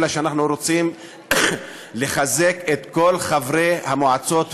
אלא אנחנו רוצים לחזק את כל חברי המועצות והעיריות,